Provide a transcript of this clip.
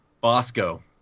Bosco